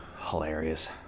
hilarious